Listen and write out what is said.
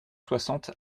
soixante